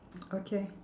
okay